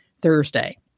Thursday